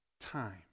time